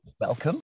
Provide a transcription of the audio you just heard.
Welcome